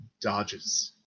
dodges